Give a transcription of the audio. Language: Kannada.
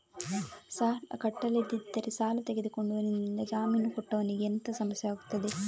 ಸಾಲ ಕಟ್ಟಿಲ್ಲದಿದ್ದರೆ ಸಾಲ ತೆಗೆದುಕೊಂಡವನಿಂದ ಜಾಮೀನು ಕೊಟ್ಟವನಿಗೆ ಎಂತ ಸಮಸ್ಯೆ ಆಗ್ತದೆ?